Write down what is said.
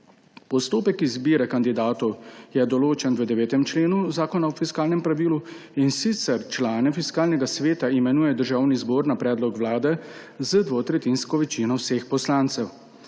Postopek izbire kandidatov je določen v 9. členu Zakona o fiskalnem pravilu, in sicer člane Fiskalnega sveta imenuje Državni zbor na predlog Vlade z dvotretjinsko večino vseh poslancev.